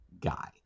guy